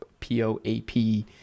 poap